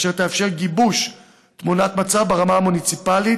אשר תאפשר גיבוש תמונת מצב ברמה המוניציפלית.